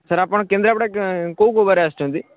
sir ଆପଣ କେନ୍ଦ୍ରାପଡ଼ା କେଉଁ କେଉଁ ବାରେ ଆସୁଛନ୍ତି